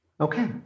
Okay